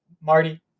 Marty